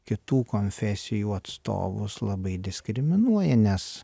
kitų konfesijų atstovus labai diskriminuoja nes